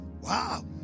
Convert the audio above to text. Wow